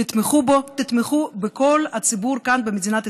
תתמכו בו, תתמכו בכל הציבור כאן, במדינת ישראל,